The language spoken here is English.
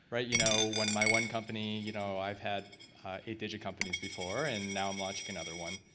right? you know when my one company, you know, i've had eight digit companies before, and now i'm launching another one.